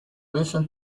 listen